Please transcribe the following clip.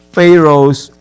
Pharaoh's